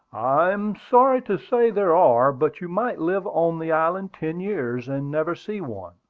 i am sorry to say there are but you might live on the island ten years and never see one.